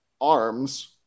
arms